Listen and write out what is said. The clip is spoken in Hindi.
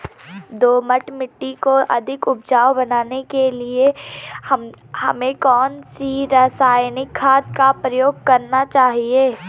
दोमट मिट्टी को अधिक उपजाऊ बनाने के लिए हमें कौन सी रासायनिक खाद का प्रयोग करना चाहिए?